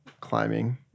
climbing